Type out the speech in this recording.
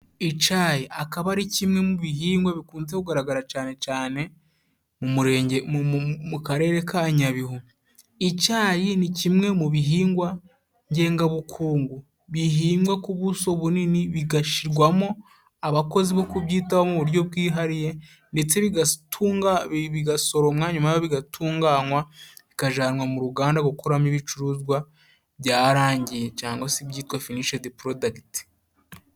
Icayi akaba ari kimwe mu bihingwa bikunze kugaragara cane cane mu murenge mu karere ka Nyabihu, icayi ni kimwe mu bihingwa ngengabukungu bihingwa ku buso bunini bigashirwamo abakozi bo kubyitaho mu buryo bwihariye ndetse bigasoromwa , nyuma yaho bigatunganwa bikajanwa mu ruganda gukuramo ibicuruzwa byarangiye cyangwa se ibyitwa finishedi porodakiti.